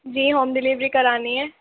جی home delivery کرانی ہے